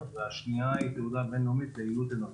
והשנייה היא תעודה בין-לאומית ליעילות אנרגטית.